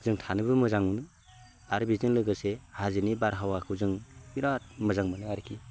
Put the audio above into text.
जों थानोबो मोजां मोनो आरो बेजों लोगोसे हाजोनि बारहावाखो जों बिराद मोजां मोनो आरोखि